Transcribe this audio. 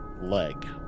leg